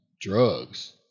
drugs